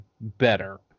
better